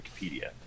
Wikipedia